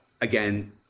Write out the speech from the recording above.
again